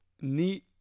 neat